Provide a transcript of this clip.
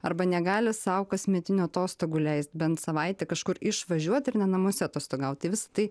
arba negali sau kasmetinių atostogų leist bent savaitę kažkur išvažiuot ir ne namuose atostogaut tai visa tai